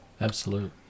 absolute